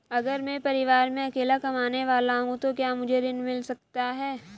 अगर मैं परिवार में अकेला कमाने वाला हूँ तो क्या मुझे ऋण मिल सकता है?